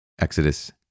Exodus